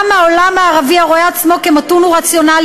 גם העולם הערבי הרואה עצמו כמתון ורציונלי